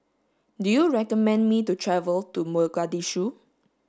do you recommend me to travel to Mogadishu